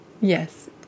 Yes